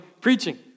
preaching